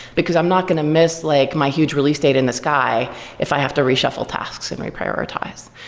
because i'm not going to miss like my huge release date in the sky if i have to reshuffle tasks and reprioritize.